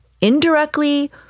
indirectly